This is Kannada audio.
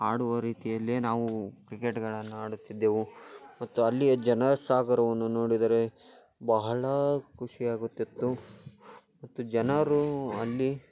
ಆಡುವ ರೀತಿಯಲ್ಲೇ ನಾವು ಕ್ರಿಕೆಟ್ಗಳನ್ನು ಆಡುತ್ತಿದ್ದೆವು ಮತ್ತು ಅಲ್ಲಿಯ ಜನಸಾಗರವನ್ನು ನೋಡಿದರೆ ಬಹಳ ಖುಷಿಯಾಗುತ್ತಿತ್ತು ಮತ್ತು ಜನರು ಅಲ್ಲಿ